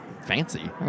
fancy